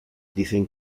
dicen